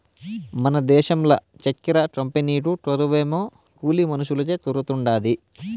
మన దేశంల చక్కెర కంపెనీకు కొరవేమో కూలి మనుషులకే కొరతుండాది